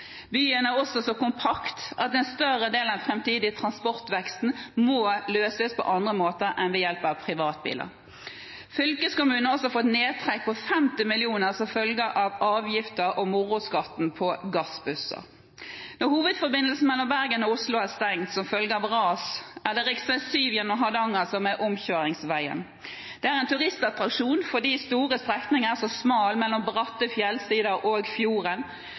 Byen er også så kompakt at en større del av den framtidige transportveksten må løses på andre måter enn ved hjelp av privatbiler. Fylkeskommunen har også fått nedtrekk på 50 mill. kr som følge av avgifter og «moroskatten» på gassbusser. Når hovedforbindelsen mellom Bergen og Oslo er stengt som følge av ras, er det rv. 7 gjennom Hardanger som er omkjøringsvei. Dette er en turistattraksjon fordi store strekninger er så smale, mellom bratte fjellsider og